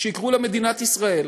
שיקראו לה מדינת ישראל,